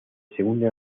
segundo